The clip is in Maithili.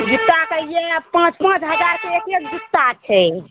जूत्ता कहियै पाँच पाँच हजारके एक एक जूत्ता छै